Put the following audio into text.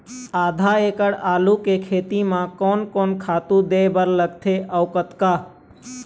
आधा एकड़ आलू के खेती म कोन कोन खातू दे बर लगथे अऊ कतका?